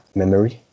memory